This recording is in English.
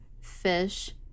fish